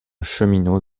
cheminot